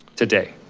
today.